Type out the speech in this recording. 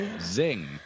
Zing